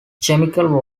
chemical